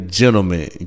gentlemen